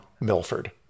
Milford